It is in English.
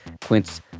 Quince